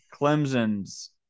Clemson's